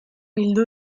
bildu